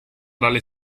dalle